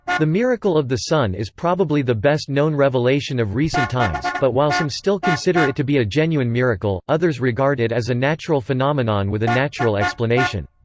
the miracle of the sun is probably the best-known revelation of recent times, but while some still consider it to be a genuine miracle, others regard it as a natural phenomenon with a natural explanation.